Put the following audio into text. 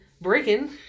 Breaking